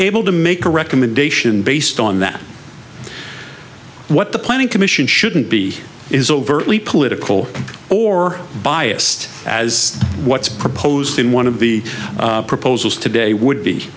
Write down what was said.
able to make a recommendation based on that what the planning commission shouldn't be is overtly political or biased as what's proposed in one of the proposals today would be